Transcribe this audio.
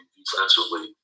defensively